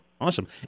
awesome